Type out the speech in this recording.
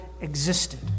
existed